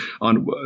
on